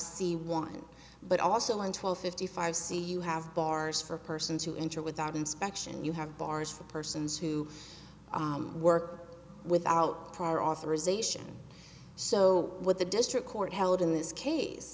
c one but also on twelve fifty five c you have bars for persons who enter without inspection you have bars for persons who work without prior authorization so what the district court held in this case